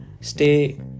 stay